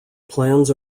plans